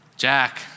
Jack